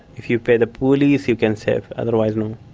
if you pay the police you can safe, otherwise no.